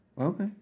Okay